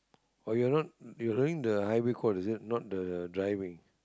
oh you're not you're learning the highway code is it not the driving